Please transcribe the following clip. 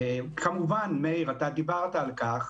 כמובן, מאיר, אתה דיברת על כך,